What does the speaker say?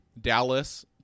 Dallas